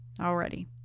already